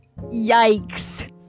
yikes